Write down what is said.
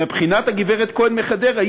מבחינת הגברת כהן מחדרה,